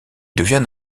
devient